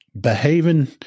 behaving